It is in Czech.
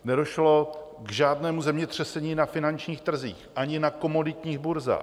Nedošlo k žádnému zemětřesení na finančních trzích ani na komoditních burzách.